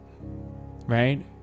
right